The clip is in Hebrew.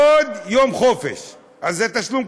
אז העובד צריך להצהיר: אני ליכודניק,